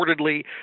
reportedly